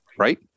right